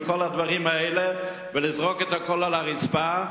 מכל הדברים האלה ולזרוק את הכול על הרצפה,